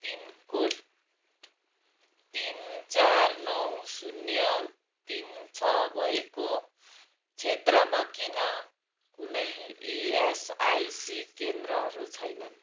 pin code तिन चार नौ शून्य तिन छ भएको क्षेत्रमा किन कुनै इएसआइसी केन्द्रहरू छैनन्